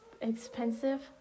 expensive